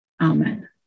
Amen